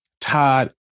Todd